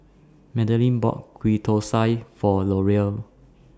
Madelyn bought Ghee Thosai For Loria